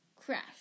Crash